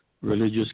religious